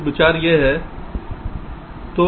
तो विचार यह है